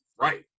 Right